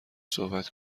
صحبت